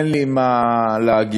אין לי מה להגיד,